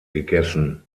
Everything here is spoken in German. gegessen